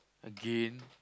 again